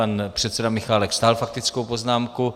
Pan předseda Michálek stáhl faktickou poznámku.